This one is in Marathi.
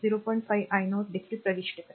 5 i 0 देखील प्रविष्ट करते